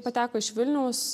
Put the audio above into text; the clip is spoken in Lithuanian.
pateko iš vilniaus